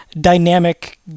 dynamic